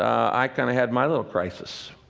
i kind of had my little crisis.